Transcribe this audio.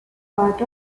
part